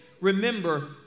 Remember